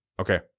Okay